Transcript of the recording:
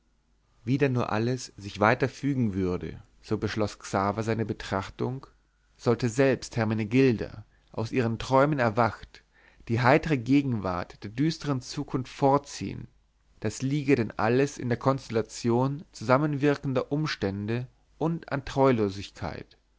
wie dann nun alles sich weiter fügen würde so beschloß xaver seine betrachtung sollte selbst hermenegilda aus ihren träumen erwacht die heitere gegenwart der düstern zukunft vorziehen das liege denn alles in der konstellation zusammenwirkender umstände und an